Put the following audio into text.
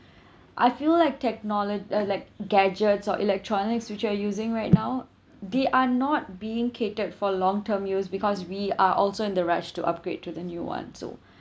I feel like technolo~ uh like gadgets or electronics which are using right now they are not being catered for long term use because we are also in the rush to upgrade to the new one so